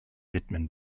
widmen